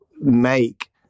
make